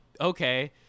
okay